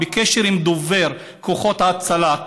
אני בקשר עם דובר כוחות ההצלה,